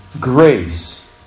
grace